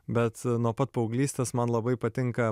bet nuo pat paauglystės man labai patinka